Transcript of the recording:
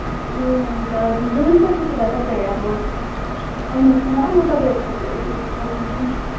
ए हुन्छ हुन्छ त्यसोभए तपाईँहरू अब आउनुहोस् न ल म तपाईँहरूको त्यो ऊ योहरू गरिदिन्छु नि